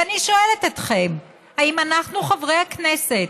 ואני שואלת אתכם: האם אנחנו, חברי הכנסת,